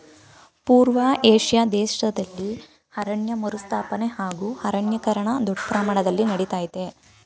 ಪೂರ್ವ ಏಷ್ಯಾ ದೇಶ್ದಲ್ಲಿ ಅರಣ್ಯ ಮರುಸ್ಥಾಪನೆ ಹಾಗೂ ಅರಣ್ಯೀಕರಣ ದೊಡ್ ಪ್ರಮಾಣ್ದಲ್ಲಿ ನಡಿತಯ್ತೆ